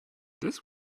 this